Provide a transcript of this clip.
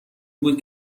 بود